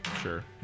sure